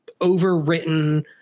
overwritten